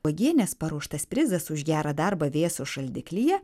uogienės paruoštas prizas už gerą darbą vėso šaldiklyje